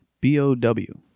B-O-W